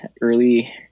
early